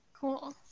Cool